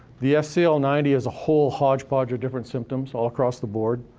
the scl ninety is a whole hodgepodge of different symptoms, all across the board.